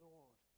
Lord